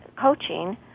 coaching